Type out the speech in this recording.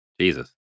Jesus